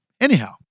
Anyhow